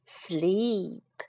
sleep